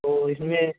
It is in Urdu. تو اس میں